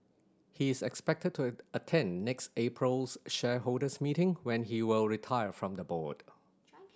he is expected to attend next April's shareholders meeting when he will retire from the board